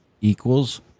equals